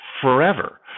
forever